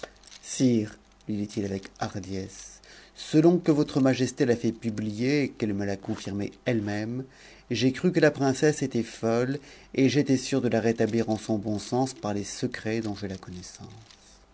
lui dit-il avec hardiesse selon que votre majesté t publier et qu'elle me l'a conurmé eue méme j'ai cru que la acesse était folle et j'étais sûr de la rétablir en son bon sens parles se s dont j'ai connaissance